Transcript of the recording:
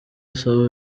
asaba